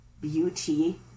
beauty